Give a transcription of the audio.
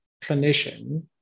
clinician